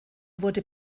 wurde